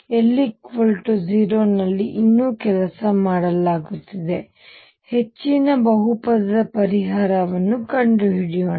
L 0 ನಲ್ಲಿ ಇನ್ನೂ ಕೆಲಸ ಮಾಡಲಾಗುತ್ತಿದೆ ಹೆಚ್ಚಿನ ಬಹುಪದದ ಪರಿಹಾರವನ್ನು ಕಂಡುಹಿಡಿಯೋಣ